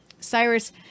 Cyrus